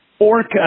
orca